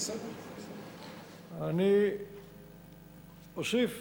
אני אוסיף